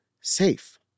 safe